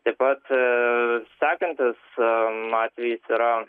taip pat sekantis atvejis yra